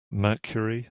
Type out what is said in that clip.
mercury